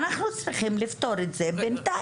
אנחנו צריכים לפתור את זה בינתיים.